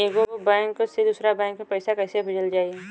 एगो बैक से दूसरा बैक मे पैसा कइसे भेजल जाई?